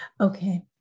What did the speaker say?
Okay